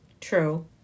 True